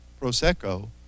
prosecco